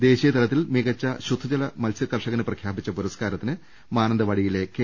ദേശീയതലത്തിൽ മികച്ച ശുദ്ധജലമത്സൃകർഷകന് പ്രഖ്യാപിച്ച പുരസ്കാരത്തിന് മാനന്ത വാടിയിലെ കെ